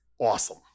awesome